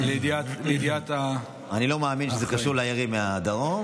אני לא מאמין שזה קשור לירי מהדרום.